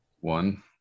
one